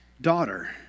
Daughter